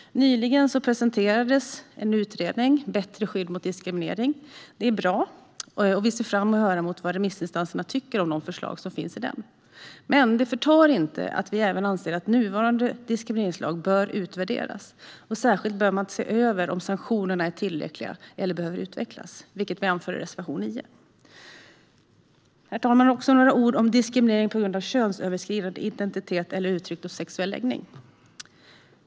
Nyligen presenterades utredningen Bättre skydd mot diskriminering . Det är bra, och vi ser fram emot att höra vad remissinstanserna tycker om de förslag som finns i den. Inte desto mindre anser vi att nuvarande diskrimineringslag bör utvärderas. Särskilt bör man se över om sanktionerna är tillräckliga eller om de behöver utvecklas, vilket vi anför i reservation 9. Herr talman! Jag ska också säga några ord om diskriminering på grund av könsöverskridande identitet eller uttryck och sexuell läggning.